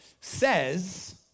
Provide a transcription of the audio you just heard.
says